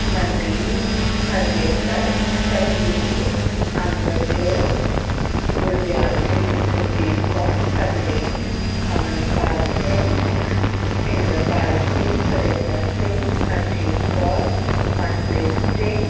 Mandeep Harvinder Tanveer Angad Jot Gurdial Singh Gurdeep Kaur Swaleen Amanpal Singh Inderpal Singh Surinder Singh Harjeet Kaur Manpreet Singh